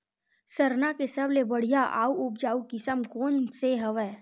सरना के सबले बढ़िया आऊ उपजाऊ किसम कोन से हवय?